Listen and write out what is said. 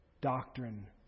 doctrine